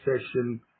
session